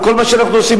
וכל מה שאנחנו עושים,